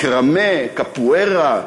מקרמה, קפואירה,